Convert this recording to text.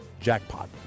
jackpot